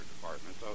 department